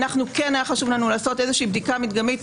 כן היה חשוב לנו לעשות איזה בדיקה מדגמית.